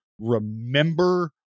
remember